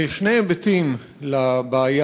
שני היבטים לבעיה